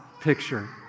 picture